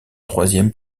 troisième